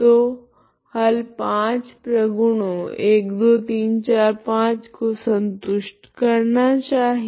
तो हल पाँचों प्रगुणों 12345 को संतुष्ट करना चाहिए